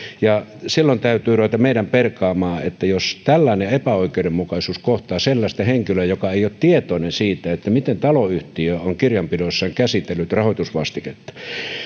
ja silloin meidän täytyy ruveta perkaamaan jos tällainen epäoikeudenmukaisuus kohtaa sellaista henkilöä joka ei ole tietoinen siitä miten taloyhtiö on kirjanpidossaan käsitellyt rahoitusvastiketta